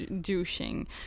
douching